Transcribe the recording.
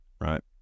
right